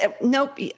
Nope